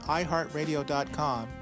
iHeartRadio.com